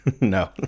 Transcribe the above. No